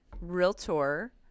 realtor